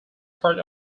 part